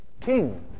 King